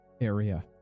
area